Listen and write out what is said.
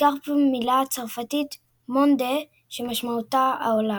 וכן במילה הצרפתית monde שמשמעותה העולם.